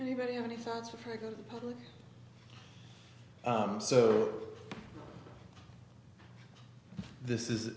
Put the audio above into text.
anybody have any thoughts so this is